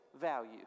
value